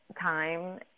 time